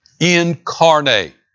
Incarnate